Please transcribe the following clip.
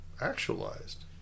actualized